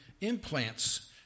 implants